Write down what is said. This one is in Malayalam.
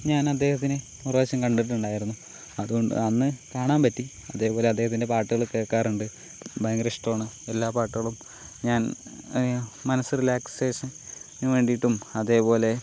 ഞാനദ്ദേഹത്തിനെ ഒരു പ്രാവശ്യം കണ്ടിട്ടുണ്ടായിരുന്നു അതുകൊ അന്ന് കാണാൻ പറ്റി അതേപോലെ അദ്ദേഹത്തിൻ്റെ പാട്ടുകള് കേൾക്കാറുണ്ട് ഭയങ്കര ഇഷ്ടമാണ് എല്ലാ പാട്ടുകളും ഞാൻ മനസ്സ് റിലാക്സേഷന് വേണ്ടീട്ടും അതേപോലെ